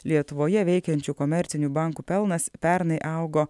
lietuvoje veikiančių komercinių bankų pelnas pernai augo